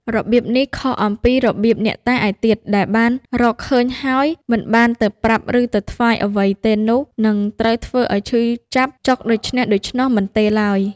របៀបនេះ ខុសអំពីរបៀបអ្នកតាឯទៀត ដែលបានរកឃើញហើយមិនបានទៅប្រាប់ឬទៅថ្វាយអ្វីទេនោះ នឹងត្រូវធ្វើឲ្យឈឺចាប់ចុកដូច្នេះដូច្នោះមិនទេឡើយ ។